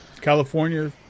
California